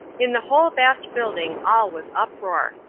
in the whole vast building all was uproar.